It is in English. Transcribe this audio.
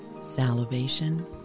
salivation